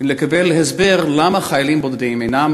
לקבל הסבר למה חיילים בודדים אינם